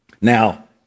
Now